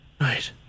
Right